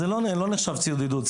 זה לא נחשב ציוד עידוד.